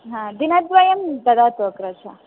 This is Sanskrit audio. हा दिनद्वयं ददातु अग्रज